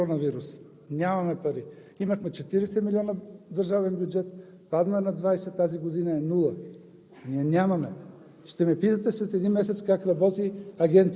и глобите, и неустойките. Тази година имаме коронавирус. Нямаме пари. Имахме 40 милиона държавен бюджет, падна на двадесет, тази година е нула.